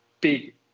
big